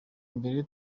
mbere